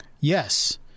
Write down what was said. yes